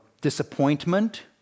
disappointment